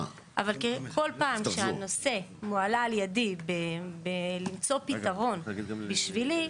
אבל כל פעם שאני מעלה את הנושא כדי למצוא פתרון בשבילי,